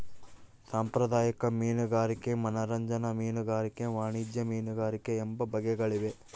ಸಾಂಪ್ರದಾಯಿಕ ಮೀನುಗಾರಿಕೆ ಮನರಂಜನಾ ಮೀನುಗಾರಿಕೆ ವಾಣಿಜ್ಯ ಮೀನುಗಾರಿಕೆ ಎಂಬ ಬಗೆಗಳಿವೆ